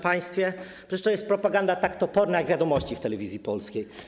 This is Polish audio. Przecież to jest propaganda tak toporna jak ˝Wiadomości˝ w Telewizji Polskiej.